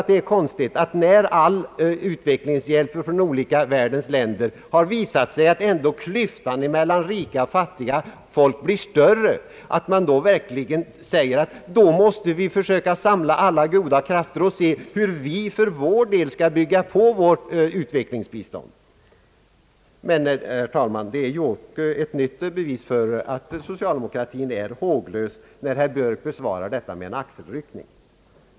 Trots utvecklingshjälpen från olika länder ute i världen har det ju visat sig att klyftan mellan rika och fattiga folk blir större. Då är det inte konstigt att säga att vi måste försöka samla alla goda krafter och se hur vi för vår del skall bygga på vårt utvecklingsbistånd. Men det är, herr talman, ett nytt bevis för socialdemokratins håglöshet när herr Björk besvarar detta med en axelryckning.